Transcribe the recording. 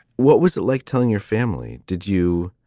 what was it like telling your family? did you.